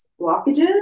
blockages